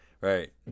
right